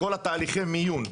לכל תהליכי המיון,